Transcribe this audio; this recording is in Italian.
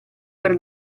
per